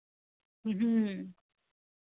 ह्म्म